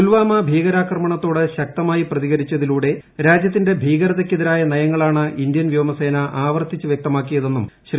പുൽവാമ ഭീകരാക്രമണത്തോട് ശക്തമായി പ്രതികരിച്ചതിലൂടെ രാജൃത്തിന്റെ ഭീകരതയ്ക്കെതിരായ നയങ്ങളാണ് ഇന്ത്യൻ വ്യോമസേന ആവർത്തിച്ച് വ്യക്തമാക്കിയതെന്നും ശ്രീ